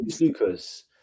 Lucas